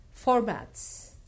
formats